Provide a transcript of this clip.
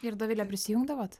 ir dovile prisijungdavot